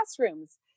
classrooms